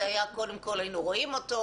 שקודם כול היינו רואים את המסמך הזה,